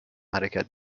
حرکت